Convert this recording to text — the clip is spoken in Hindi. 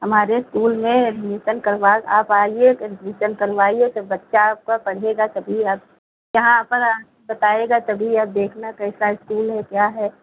हमारे स्कूल में एडमिसन करवा आप आइए एडमिसन करावाइए जब बच्चा आपका पढ़ेगा तभी आप यहाँ पर बताएगा तभी आप देखना कैसा स्कूल है क्या है